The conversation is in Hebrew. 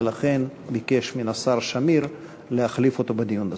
ולכן הוא ביקש מן השר שמיר להחליף אותו בדיון הזה.